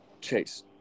Chase